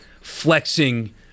flexing